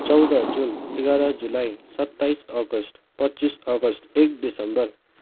चौध जुन एघार जुलाई सत्ताइस अगस्ट पच्चिस अगस्ट एक डिसेम्बर